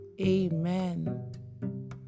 Amen